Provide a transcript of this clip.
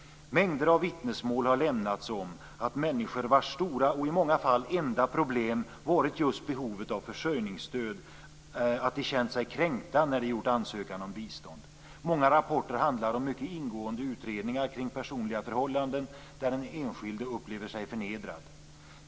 Mängder av vittnesmål har lämnats om människor - vars stora och i många fall enda problem varit just behovet av försörjningsstöd - som känt sig kränkta när de lämnat in ansökan om bistånd. Många rapporter handlar om mycket ingående utredningar kring personliga förhållanden där den enskilde upplever sig förnedrad.